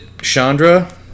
Chandra